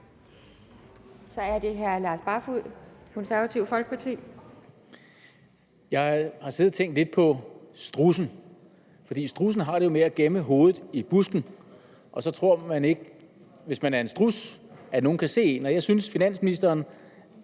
Kl. 18:10 Lars Barfoed (KF): Jeg har siddet og tænkt lidt på strudsen. Strudsen har det med at gemme hovedet i busken, og så tror man ikke, hvis man er en struds, at nogen kan se en. Jeg synes, finansministeren